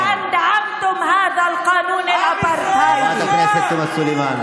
שתמכתם בחוק האפרטהייד הזה.) נא לסיים.